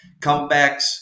comebacks